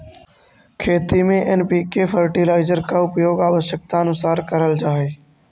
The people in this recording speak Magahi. खेती में एन.पी.के फर्टिलाइजर का उपयोग आवश्यकतानुसार करल जा हई